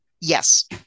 Yes